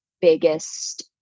biggest